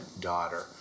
daughter